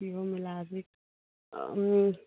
ꯀꯤꯍꯣꯝ ꯃꯦꯂꯥꯁꯤ